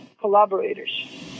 collaborators